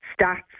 stats